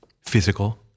physical